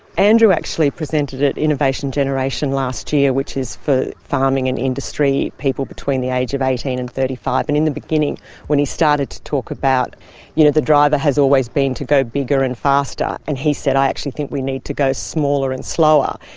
andrew actually presented at innovation generation last year, which is for farming and industry people between the age of eighteen and thirty five. and in the beginning when he started to talk about how you know the driver has always been to go bigger and faster and he said i actually think we need to go smaller and slower,